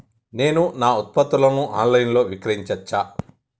నేను నా ఉత్పత్తులను ఆన్ లైన్ లో విక్రయించచ్చా?